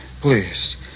please